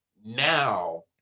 Now